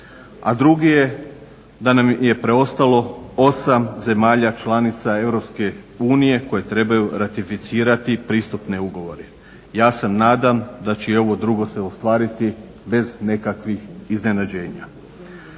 a drugi je da nam je preostalo 8 zemalja članica Europske unije koje trebaju ratificirati pristupne ugovore. Ja se nadam da će i ovo drugo se ostvariti bez nekakvih iznenađenja.